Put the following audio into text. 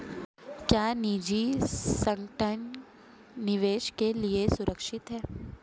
क्या निजी संगठन निवेश के लिए सुरक्षित हैं?